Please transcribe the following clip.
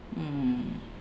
mm